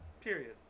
period